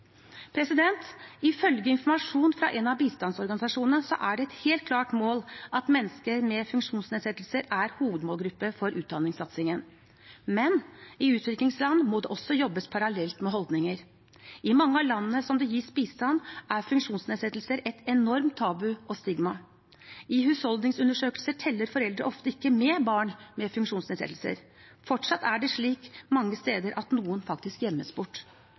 Ifølge informasjon fra en av bistandsorganisasjonene er det et helt klart mål at mennesker med funksjonsnedsettelser er hovedmålgruppe for utdanningssatsingen. Men i utviklingsland må det jobbes parallelt med holdninger. I mange av landene som det gis bistand til, er funksjonsnedsettelser et enormt tabu og stigma. I husholdningsundersøkelser teller foreldre ofte ikke med barn med funksjonsnedsettelser. Fortsatt er det slik mange steder at noen faktisk gjemmes bort.